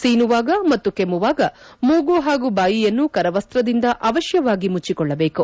ಸೀನುವಾಗ ಮತ್ತು ಕೆಮ್ನುವಾಗ ಮೂಗು ಮತ್ತು ಬಾಯಿಯನ್ನು ಕರವಸ್ತದಿಂದ ಅವಕ್ಶವಾಗಿ ಮುಚ್ಚಕೊಳ್ಳಬೇಕು